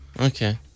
Okay